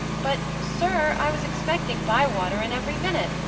but, sir, i was expecting bywater in every minute.